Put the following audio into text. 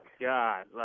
God